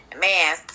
man